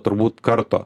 turbūt karto